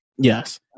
Yes